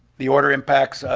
the order impacts,